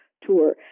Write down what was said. tour